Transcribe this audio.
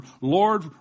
Lord